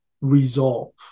resolve